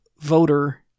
voter